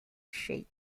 shape